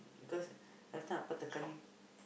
because last time Appa tekan him